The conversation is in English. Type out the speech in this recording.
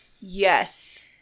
Yes